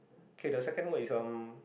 okay the second word is um